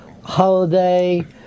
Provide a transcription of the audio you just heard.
holiday